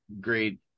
great